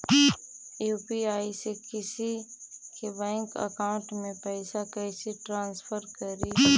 UPI से किसी के बैंक अकाउंट में पैसा कैसे ट्रांसफर करी?